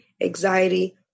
anxiety